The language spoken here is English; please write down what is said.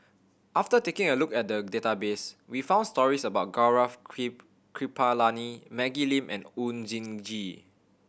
after taking a look at the database we found stories about Gaurav Kripalani Maggie Lim and Oon Jin Gee